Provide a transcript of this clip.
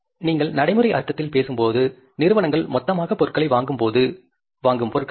நீங்கள் நடைமுறை அர்த்தத்தில் பேசும்போது நிறுவனங்கள் மொத்தமாக பொருட்களை வாங்கும்